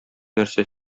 нәрсә